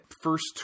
first